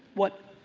what?